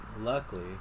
luckily